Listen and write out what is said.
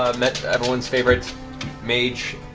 ah met everyone's favorite mage,